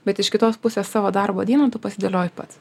bet iš kitos pusės savo darbo dieną tu pasidėlioji pats